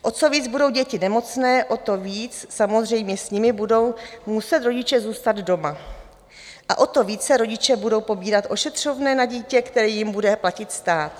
O co víc budou děti nemocné, o to víc samozřejmě s nimi budou muset rodiče zůstat doma a o to více rodiče budou pobírat ošetřovné na dítě, které jim bude platit stát.